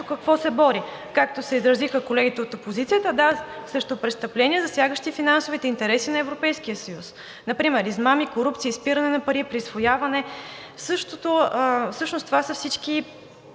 какво се бори. Както се изразиха колегите от опозицията, да, срещу престъпления, засягащи финансовите интереси на Европейския съюз, например измами, корупция, изпиране на пари, присвояване. Всъщност всичко